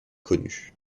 connue